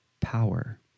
power